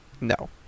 No